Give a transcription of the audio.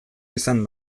izan